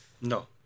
No